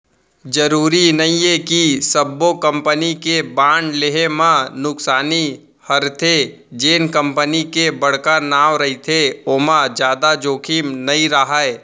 जरूरी नइये कि सब्बो कंपनी के बांड लेहे म नुकसानी हरेथे, जेन कंपनी के बड़का नांव रहिथे ओमा जादा जोखिम नइ राहय